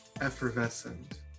effervescent